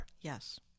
Yes